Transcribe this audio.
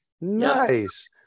Nice